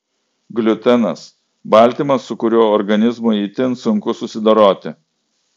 gliutenas baltymas su kuriuo organizmui itin sunku susidoroti